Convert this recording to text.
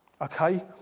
Okay